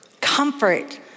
comfort